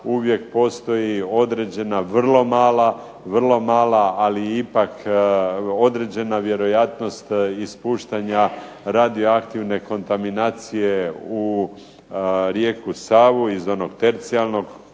uvijek postoji jedna vrlo mala, ali ipak određena vjerojatnost ispuštanja radioaktivne kontaminacije u rijeku Savu iz onog tercijarnog kruga za